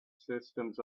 systems